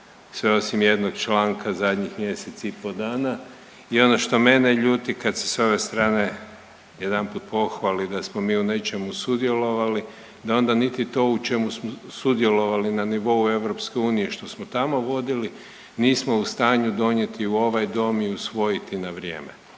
sve osim jednog članka zadnjih mjesec i pol dana. I ono što mene ljuti kad se sa ove strane jedanput pohvali da smo mi u nečemu sudjelovali, da onda niti to u čemu smo sudjelovali na nivou EU što smo tamo vodili nismo u stanju donijeti u ovaj Dom i usvojiti na vrijeme.